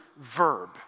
verb